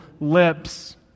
lips